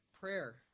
prayer